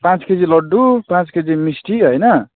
पाँच केजी लड्डु पाँच केजी मिस्टी होइन